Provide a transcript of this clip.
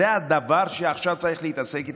זה הדבר שעכשיו צריך להתעסק איתו?